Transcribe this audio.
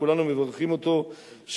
כולנו מברכים אותו,